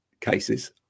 cases